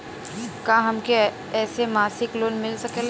का हमके ऐसे मासिक लोन मिल सकेला?